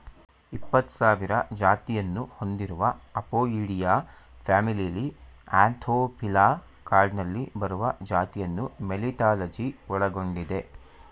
ಇಪ್ಪತ್ಸಾವಿರ ಜಾತಿಯನ್ನು ಹೊಂದಿರುವ ಅಪೊಯಿಡಿಯಾ ಫ್ಯಾಮಿಲಿಲಿ ಆಂಥೋಫಿಲಾ ಕ್ಲಾಡ್ನಲ್ಲಿ ಬರುವ ಜಾತಿಯನ್ನು ಮೆಲಿಟಾಲಜಿ ಒಳಗೊಂಡಿದೆ